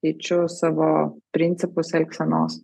keičiu savo principus elgsenos